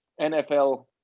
NFL